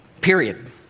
period